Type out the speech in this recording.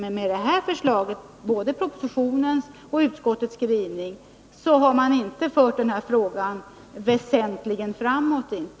Men med det här förslaget — jag tänker både på propositionens förslag och på utskottets skrivning — förs inte frågan väsentligen framåt.